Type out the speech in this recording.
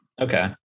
Okay